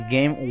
Game